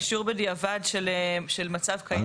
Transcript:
לאישור בדיעבד של מצב קיים.